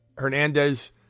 Hernandez